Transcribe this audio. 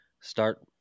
Start